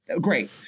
Great